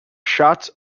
shots